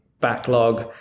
backlog